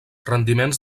rendiments